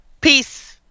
Peace